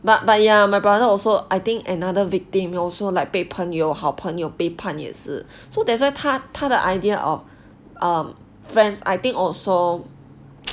but but ya my brother also I think another victim also like 被朋友好朋友背叛也是 so that's why 他他的 idea of um friends I think also